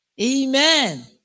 Amen